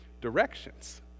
directions